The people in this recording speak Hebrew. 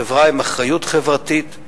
חברה עם אחריות חברתית,